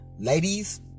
Ladies